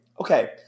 Okay